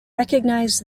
recognise